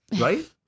right